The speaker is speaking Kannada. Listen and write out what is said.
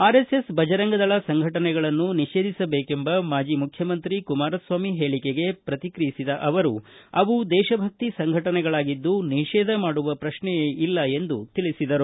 ಆರ್ಎಸ್ಎಸ್ ಭಜರಂಗದಳ ಸಂಘಟನೆಗಳನ್ನು ನಿಷೇಧಿಸಬೇಕೆಂಬ ಮಾಜಿ ಮುಖ್ಡಮಂತ್ರಿ ಕುಮಾರಸ್ವಾಮಿ ಹೇಳಿಕೆಗೆ ಪ್ರತಿಕ್ರಿಯಿಸಿದ ಗೃಹಸಚಿವರು ಅವು ದೇಶಭಕ್ತಿ ಸಂಘಟನೆಗಳಾಗಿದ್ದು ನಿಷೇಧ ಮಾಡುವ ಪ್ರಕ್ಷೆಯೇ ಇಲ್ಲ ಎಂದು ಹೇಳಿದರು